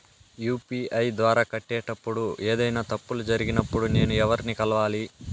UPI ద్వారా కట్టేటప్పుడు ఏదైనా తప్పులు జరిగినప్పుడు నేను ఎవర్ని కలవాలి?